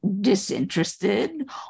disinterested